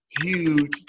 huge